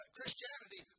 Christianity